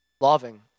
Loving